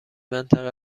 منطقه